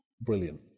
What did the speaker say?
brilliant